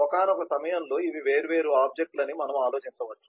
ఒకానొక సమయంలో లో ఇవి వేర్వేరు ఆబ్జెక్ట్ లు అని మనము ఆలోచించవచ్చు